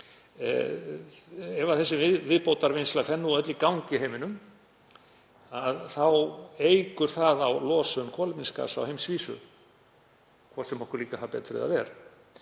Ef þessi viðbótarvinnsla fer nú öll í gang í heiminum þá eykur það á losun kolefnisgasa á heimsvísu, hvort sem okkur líkar það betur eða